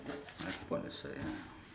five put on the side ah